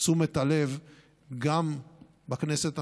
תשומת הלב גם בכנסת הנוכחית,